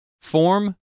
Form